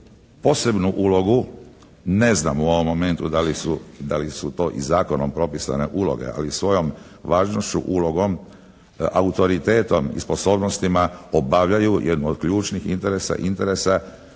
posebnu ulogu, ne znam u ovom momentu da li su to i zakonom propisane uloge, ali svojom važnošću, ulogom, autoritetom i sposobnostima obavljaju jednu od ključnih interesa, interesa